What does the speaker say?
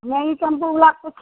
नहि ई टेम्पूवलाके पूछ